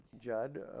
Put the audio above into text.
Judd